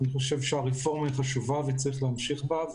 אני חושב שהרפורמה היא חשובה וצריך להמשיך בה,